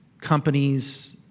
Companies